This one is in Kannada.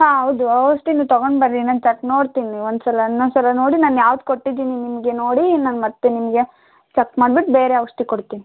ಹಾಂ ಹೌದು ಔಷಧಿನೂ ತಗೊಂಡ್ಬರ್ರಿ ನಾನು ಚಕ್ ನೋಡ್ತೀನಿ ಒಂದು ಸಲ ಇನ್ನೊಂದು ಸಲ ನೋಡಿ ನಾನು ಯಾವ್ದು ಕೊಟ್ಟಿದ್ದೀನಿ ನಿಮಗೆ ನೋಡಿ ನಾನು ಮತ್ತು ನಿಮಗೆ ಚಕ್ ಮಾಡ್ಬಿಟ್ಟು ಬೇರೆ ಔಷಧಿ ಕೊಡ್ತೀನಿ